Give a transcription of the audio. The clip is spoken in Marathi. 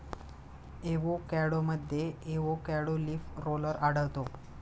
एवोकॅडोमध्ये एवोकॅडो लीफ रोलर आढळतो